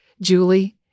Julie